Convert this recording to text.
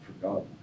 forgotten